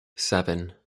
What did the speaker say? seven